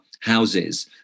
houses